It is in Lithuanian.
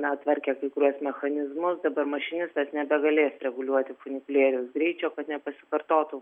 na tvarkė kai kuriuos mechanizmus dabar mašinistas nebegalės reguliuoti funikulieriaus greičio kad nepasikartotų